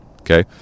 Okay